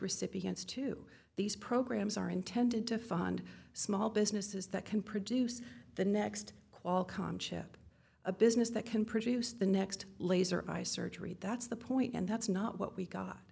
recipients to these programs are intended to fund small businesses that can produce the next qualcomm chip a business that can produce the next laser eye surgery that's the point and that's not what we got